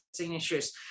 issues